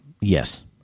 Yes